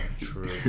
True